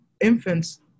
infants